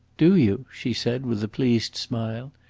do you? she said, with a pleased smile.